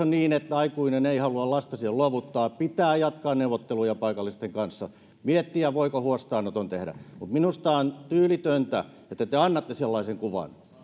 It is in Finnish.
niin että aikuinen ei halua lastansa luovuttaa pitää jatkaa neuvotteluja paikallisten kanssa miettiä voiko huostaanoton tehdä minusta on tyylitöntä että te annatte sellaisen kuvan